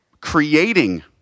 creating